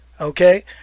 okay